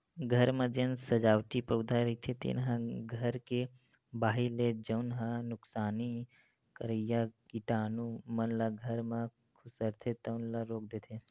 घर म जेन सजावटी पउधा रहिथे तेन ह घर के बाहिर ले जउन ह नुकसानी करइया कीटानु मन ल घर म खुसरथे तउन ल रोक देथे